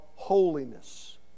holiness